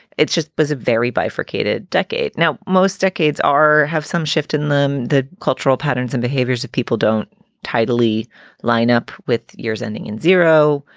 it just was a very bifurcated decade. now, most decades are have some shift in them the cultural patterns and behaviors that people don't tightly line up with years ending in zero,